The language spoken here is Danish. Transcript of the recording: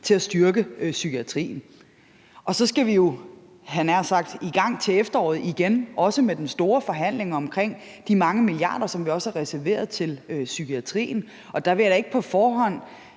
til at styrke psykiatrien. Og så skal vi jo i gang til efteråret igen, også med den store forhandling omkring de mange milliarder, som vi også har reserveret til psykiatrien, og der vil jeg da ikke på forhånd